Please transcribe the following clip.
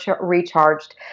recharged